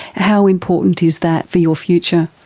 how important is that for your future?